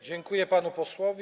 Dziękuję panu posłowi.